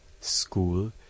school